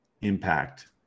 impact